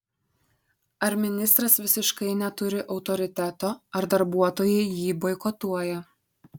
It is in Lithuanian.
ar ministras visiškai neturi autoriteto ar darbuotojai jį boikotuoja